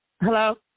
hello